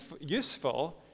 useful